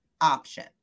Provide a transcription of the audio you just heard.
option